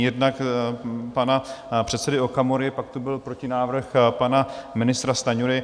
Jednak pana předsedy Okamury, pak tu byl protinávrh pana ministra Stanjury.